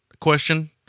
question